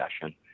session